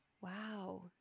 Wow